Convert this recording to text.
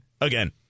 again